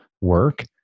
work